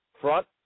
front